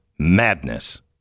madness